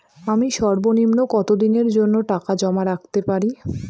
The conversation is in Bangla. আমি সর্বনিম্ন কতদিনের জন্য টাকা জমা রাখতে পারি?